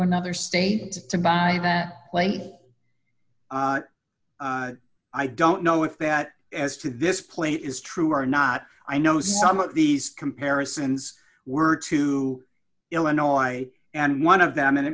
another state to buy that i don't know if that as to this play is true or not i know some of these comparisons were to illinois and one of them and it